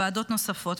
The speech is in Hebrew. ועדות נוספות,